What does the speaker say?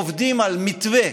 עובדים על מתווה